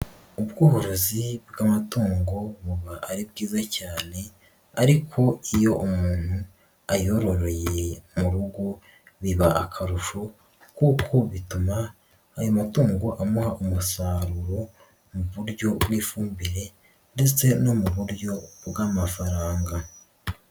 Ubworozi bw'amatungo buba ari bwiza cyane ariko iyo umuntu ayororoye mu rugo biba akarusho, kuko bituma ayo matungo amuha umusaruro mu buryo bw'ifumbire ndetse no mu buryo bw'amafaranga.